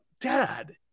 Dad